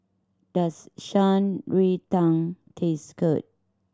does Shan Rui Tang taste good